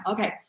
Okay